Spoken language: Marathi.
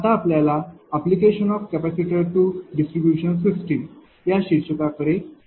आता आपल्या application of capacitor to distribution system या शीर्षकाकडे येऊ